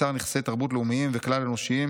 בה יצר נכסי תרבות לאומיים וכלל אנושיים